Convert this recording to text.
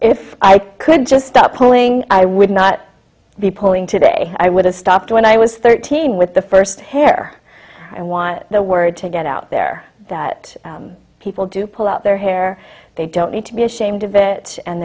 if i could just stop pulling i would not be pulling today i would have stopped when i was thirteen with the first hair i want the word to get out there that people do pull out their hair they don't need to be ashamed of it and